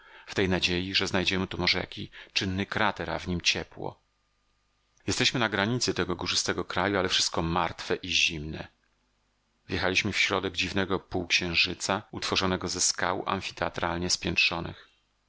w tej nadziei że znajdziemy tu może jaki czynny krater a w nim ciepło jesteśmy na granicy tego górzystego kraju ale wszystko martwe i zimne wjechaliśmy w środek dziwnego półksiężyca utworzonego ze